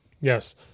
yes